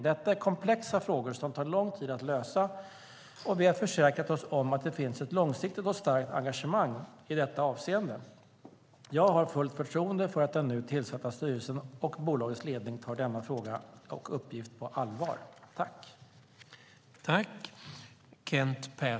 Detta är komplexa frågor som tar lång tid att lösa, och vi har försäkrat oss om att det finns ett långsiktigt och starkt engagemang i detta avseende. Jag har fullt förtroende för att den nu tillsatta styrelsen och bolagets ledning tar denna uppgift på allvar.